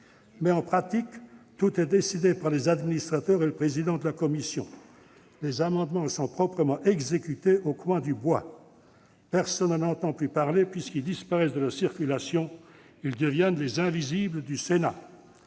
Mais, en pratique, tout est décidé par les administrateurs et le président de la commission. Les amendements sont proprement « exécutés » au coin du bois ! Personne n'en entend plus parler puisqu'ils disparaissent de la circulation : ils deviennent les « invisibles du Sénat